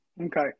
Okay